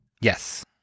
Yes